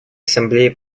ассамблеи